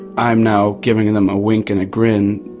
i'm now giving them a wink and a grin,